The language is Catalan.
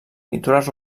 pintures